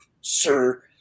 sir